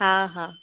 हा हा